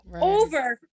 over